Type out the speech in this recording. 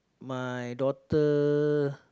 my daughter